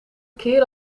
keer